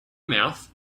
mouth